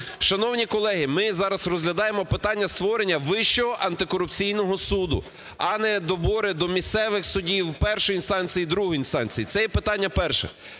Шановні колеги, ми зараз розглядаємо питання створення Вищого антикорупційного суду, а не добори до місцевих судів першої інстанції і другої. Це є питання перше.